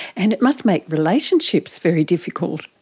and it must make relationships very difficult.